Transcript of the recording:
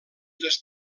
les